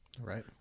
Right